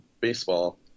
baseball